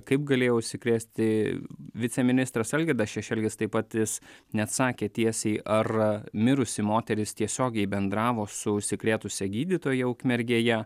kaip galėjo užsikrėsti viceministras algirdas šešelgis taip pat jis neatsakė tiesiai ar mirusi moteris tiesiogiai bendravo su užsikrėtusia gydytoja ukmergėje